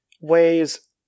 weighs